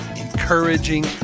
encouraging